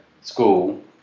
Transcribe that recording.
school